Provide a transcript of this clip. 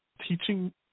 teaching